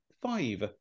five